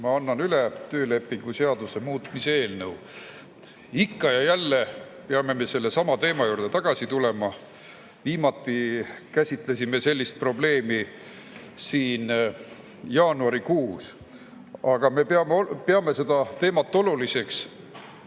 Ma annan üle töölepingu seaduse muutmise eelnõu. Ikka ja jälle peame me sellesama teema juurde tagasi tulema. Viimati käsitlesime sellist probleemi siin jaanuarikuus. Me peame seda teemat oluliseks,